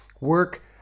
work